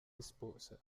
rispose